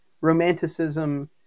romanticism